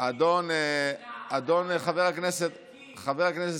חבר הכנסת